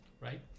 right